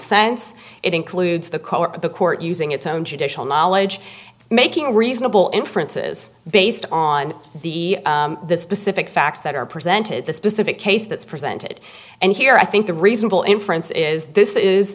sense it includes the court the court using its own judicial knowledge making a reasonable inferences based on the specific facts that are presented the specific case that's presented and here i think the reasonable inference is this is